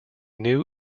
knew